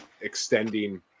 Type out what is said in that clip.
extending